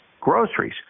Groceries